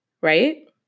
Right